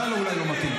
אולי אתה לא מתאים.